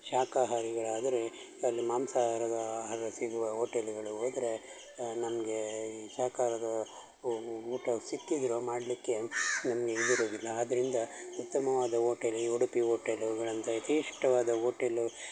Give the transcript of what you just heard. ಶಾಖಾಹಾರಿಗಳಾದರೆ ಅಲ್ಲಿ ಮಾಂಸಾಹಾರದ ಆಹಾರ ಸಿಗುವ ಓಟೆಲ್ಗಳ್ಗೆ ಹೋದ್ರೆ ನಮ್ಗೆ ಈ ಶಾಖಾಹಾರದ ಊಟ ಸಿಕ್ಕಿದರೂ ಮಾಡಲಿಕ್ಕೆ ನಮಗೆ ಇದು ಇರುವುದಿಲ್ಲ ಆದ್ದರಿಂದ ಉತ್ತಮವಾದ ಓಟೆಲ್ ಈ ಉಡುಪಿ ಓಟೆಲ್ಗಳು ಅಂತ ಯಥೇಚ್ಛವಾದ ಓಟೆಲು